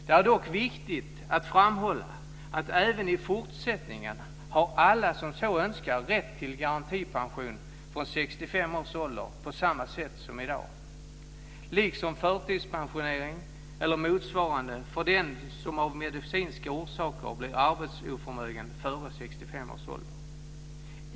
Det är dock viktigt att framhålla att även i fortsättningen har alla som så önskar rätt till garantipension från 65 års ålder på samma sätt som i dag, liksom förtidspension eller motsvarande för den som av medicinska orsaker blir arbetsoförmögen före 65 års ålder.